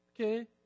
okay